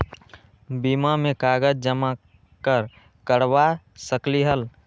बीमा में कागज जमाकर करवा सकलीहल?